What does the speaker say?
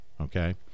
okay